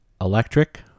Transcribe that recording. electric